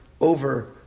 over